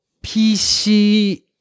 PC